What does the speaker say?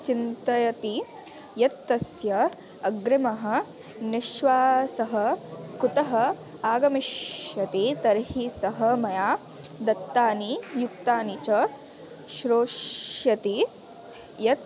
चिन्तयति यत् तस्य अग्रिमः निश्वासः कुतः आगमिष्यति तर्हि सः मया दत्तानि युक्तानि च श्रोष्यति यत्